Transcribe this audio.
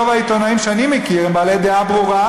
רוב העיתונאים שאני מכיר הם בעלי דעה ברורה,